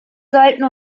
sollten